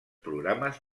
programes